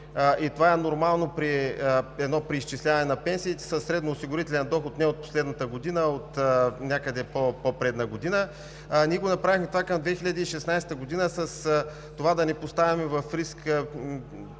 и това е нормално при едно преизчисляване на пенсиите със средноосигурителен доход не от последната година, а някъде от по-предна година. Ние направихме това към 2016 г., за да не поставяме в риск